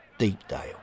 Deepdale